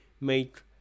make